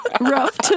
rough